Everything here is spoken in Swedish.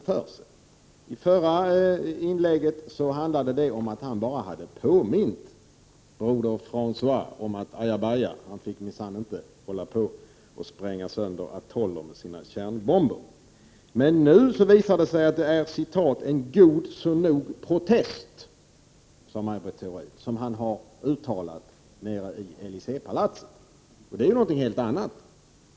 I det förra inlägget handlade det om att Ingvar Carlsson bara hade påmint broder Frangois om att han — aja baja — minsann inte fick hålla på och spränga sönder atoller med sina kärnbomber. Men nu visar det sig att det är ”en nog så god protest”, som Maj Britt Theorin sade, som han har uttalat i Elyséepalatset. Det är någonting helt annat.